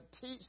teach